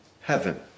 heaven